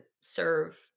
serve